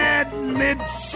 admits